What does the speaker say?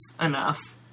enough